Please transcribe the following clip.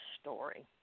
story